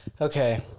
Okay